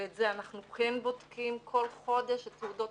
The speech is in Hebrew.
ואת זה אנחנו כן בודקים כל חודש את תעודות